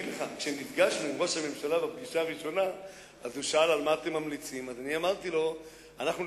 כשנפגשנו עם ראש הממשלה בפגישה הראשונה הוא שאל: על מי אתם ממליצים?